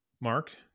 Mark